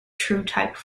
truetype